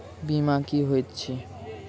बीमा की होइत छी?